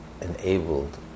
enabled